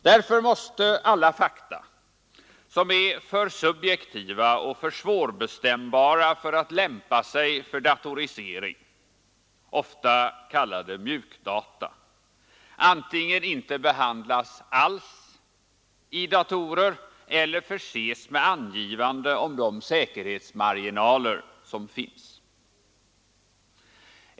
Därför måste alla fakta som är för subjektiva och för svårbestämbara för att lämpa sig för datorisering, ofta kallade mjukdata, antingen inte behandlas alls i datorer eller förses med angivande av de säkerhetsmarginaler som finns.